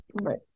Right